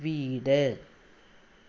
വീട്